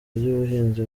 ry’ubuhinzi